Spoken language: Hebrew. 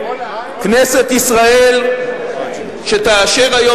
כנסת ישראל שתאשר היום,